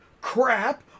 crap